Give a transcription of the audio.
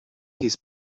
his